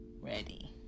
ready